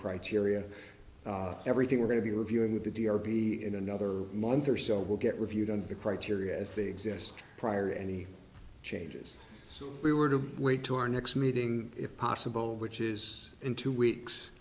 criteria everything we're going to be reviewing with the d r p in another month or so will get reviewed on the criteria as they exist prior any changes so we were to wait to our next meeting if possible which is in two weeks